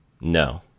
No